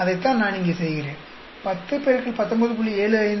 அதைத்தான் நான் இங்கே செய்கிறேன் 10 X 19